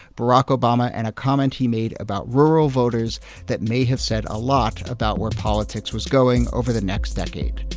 barack obama and a comment he made about rural voters that may have said a lot about where politics was going over the next decade